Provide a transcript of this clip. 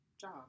job